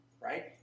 right